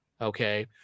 okay